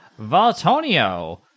Valtonio